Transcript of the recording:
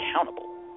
accountable